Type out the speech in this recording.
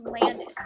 landed